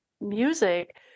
music